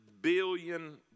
billion